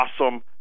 awesome